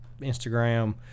Instagram